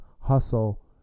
hustle